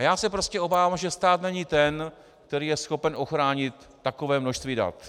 Já se prostě obávám, že stát není ten, který je schopen ochránit takové množství dat.